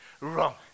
wrong